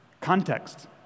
Context